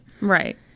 Right